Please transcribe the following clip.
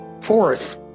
Fourth